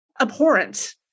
abhorrent